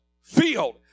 field